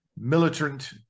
militant